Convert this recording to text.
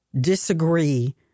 disagree